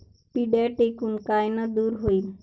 पिढ्या ढेकूण कायनं दूर होईन?